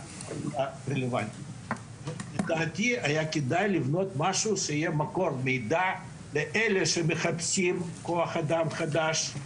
מבחינתי היה כדאי לבנות משהו שיהיה מקור מידע לאלה שמחפשים כוח אדם חדש,